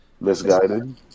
Misguided